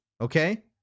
okay